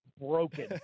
broken